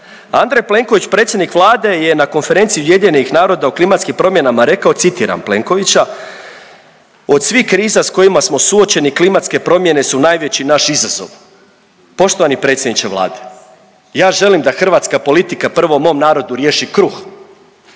Andrej Plenković predsjednik Vlade je na konferenciji UN-a o klimatskim promjenama rekao, citiram Plenkovića, od svih kriza s kojima smo suočeni klimatske promjene su najveći naš izazov. Poštovani predsjedniče Vlade ja želim da hrvatska politika prvo mom narodu riješi kruh,